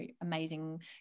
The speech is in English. amazing